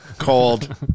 called